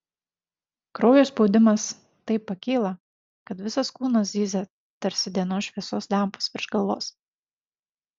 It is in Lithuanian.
kraujo spaudimas taip pakyla kad visas kūnas zyzia tarsi dienos šviesos lempos virš galvos